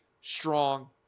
strong